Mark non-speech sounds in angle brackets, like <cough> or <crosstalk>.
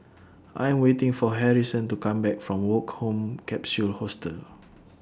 <noise> I'm waiting For Harrison to Come Back from Woke Home Capsule Hostel <noise>